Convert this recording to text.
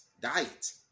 Diet